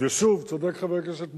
ושוב, צודק חבר הכנסת מולה,